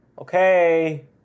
okay